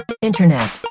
Internet